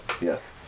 Yes